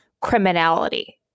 criminality